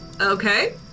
Okay